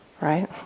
right